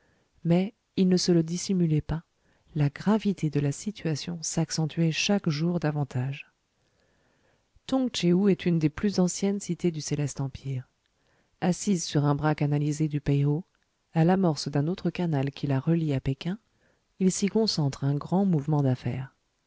mais ils ne se le dissimulaient pas la gravité de la situation s'accentuait chaque jour davantage tong tchéou est une des plus anciennes cités du céleste empire assise sur un bras canalisé du peï ho à l'amorce d'un autre canal qui la relie à péking il s'y concentre un grand mouvement d'affaires